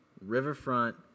Riverfront